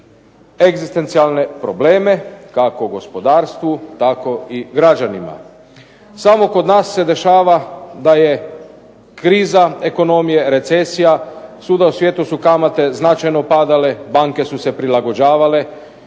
egzistencijalne probleme kako u gospodarstvu tako i građanima. Samo kod nas se dešava da je kriza ekonomije, recesija, svuda u svijetu su kamate značajno padale, banke su se prilagođavale,